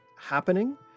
happening